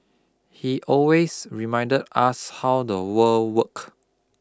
he always reminded us how the world worked